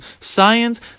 Science